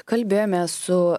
kalbėjomės su